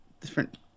different